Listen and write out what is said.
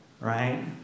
right